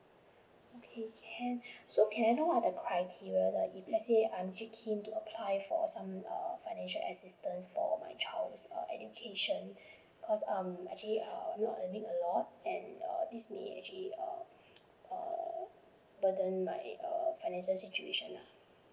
okay can so can I know what are the criteria if let's say I'm actually keen to apply for some uh financial assistance for my child's uh education cause um I actually not I make a lot and this may actually err err burden my err financial situation